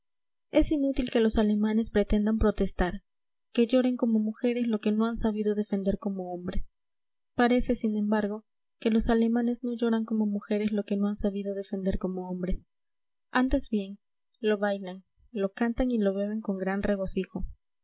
es inútil que los alemanes pretendan protestar que lloren como mujeres lo que no han sabido defender como hombres parece sin embargo que los alemanes no lloran como mujeres lo que no han sabido defender como hombres antes bien lo bailan lo cantan y lo beben con gran regocijo